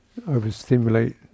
overstimulate